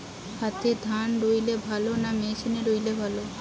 হাতে ধান রুইলে ভালো না মেশিনে রুইলে ভালো?